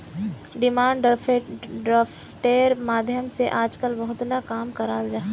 demand ड्राफ्टेर माध्यम से आजकल बहुत ला काम कराल जाहा